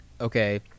Okay